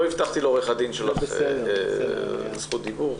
לא הבטחתי לו זכות דיבור.